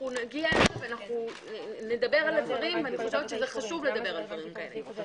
אנחנו נדבר על הדברים, וחשוב לעשות זאת.